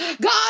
God